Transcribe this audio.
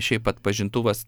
šiaip atpažintuvas